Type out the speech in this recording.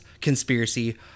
conspiracy